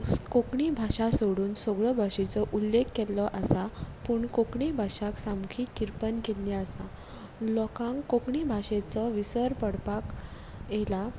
कोंकणी भाशा सोडून सगल्यो भाशेचो उल्लेख केल्लो आसा पूण कोंकणी भाशाक सामकी किरपन केल्ली आसा लोकांक कोंकणी भाशेचो विसर पडपाक येयला